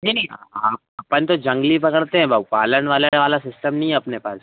नहीं नहीं अपन तो जंगली पकड़ते हैं भाऊ पालन वालन वाला सिस्टम नहीं है अपने पास